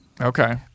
Okay